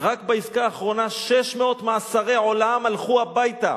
רק בעסקה האחרונה 600 מאסרי עולם הלכו הביתה.